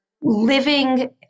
living